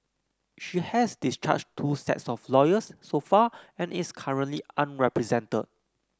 she has discharged two sets of lawyers so far and is currently unrepresented